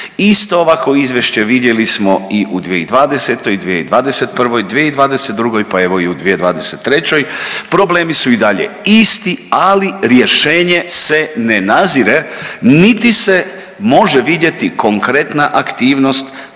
Isto ovakvo izvješće vidjeli smo i u 2020., 2021., 2022. pa evo u 2023., problemi su i dalje isti, ali rješenje se ne nazire niti se može vidjeti konkretna aktivnost